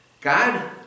God